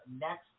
next